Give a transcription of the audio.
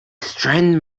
strange